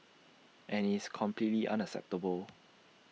and it's completely unacceptable